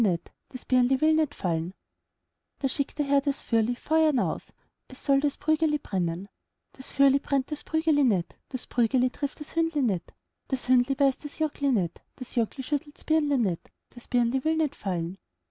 das birnli will nit fallen da schickt der herr das fürli feuer naus es soll das prügeli brennen das fürli brennt das prügeli nit das prügeli trifft das hündli nit das hündli beißt das jockli nit das jockli schüttelts birnli nit das birnli will nit fallen